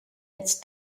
its